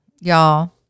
y'all